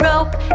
Rope